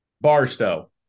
Barstow